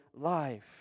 life